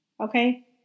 Okay